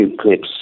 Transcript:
clips